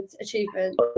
achievement